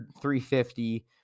350